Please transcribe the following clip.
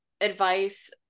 advice